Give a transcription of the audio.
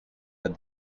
had